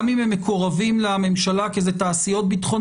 גם אם הם מקורבים לממשלה כי זה תעשיות ביטחוניות,